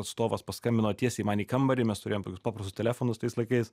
atstovas paskambino tiesiai man į kambarį mes turėjom tokius paprastus telefonus tais laikais